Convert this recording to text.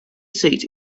seat